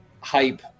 hype